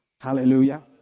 Hallelujah